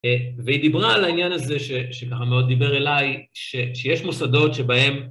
והיא דיברה על העניין הזה שככה מאוד דיבר אליי, שיש מוסדות שבהן...